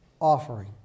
offering